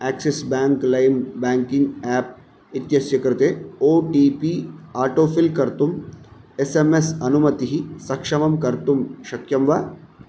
axis bank lime banking app इत्यस्य कृते O T P autofill कर्तुं एस् एम् एस् अनुमतिः सक्षमं कर्तुं शक्यं वा